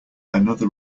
another